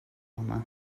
home